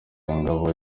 ingabo